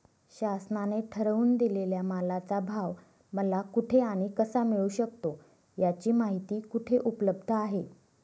शासनाने ठरवून दिलेल्या मालाचा भाव मला कुठे आणि कसा मिळू शकतो? याची माहिती कुठे उपलब्ध आहे?